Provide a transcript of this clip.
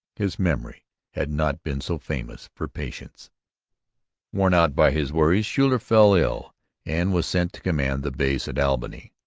his memory had not been so famous for patience worn out by his worries, schuyler fell ill and was sent to command the base at albany.